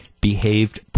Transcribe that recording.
behaved